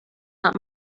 not